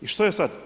I što je sada?